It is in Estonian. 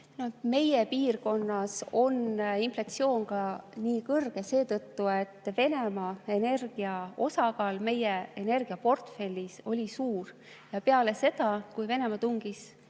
Meie piirkonnas on inflatsioon nii kõrge ka seetõttu, et Venemaa energia osakaal meie energiaportfellis oli suur. Peale seda, kui Venemaa tungis